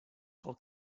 pel